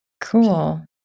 Cool